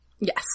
Yes